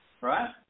Right